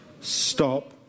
Stop